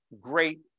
great